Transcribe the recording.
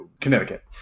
Connecticut